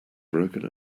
broken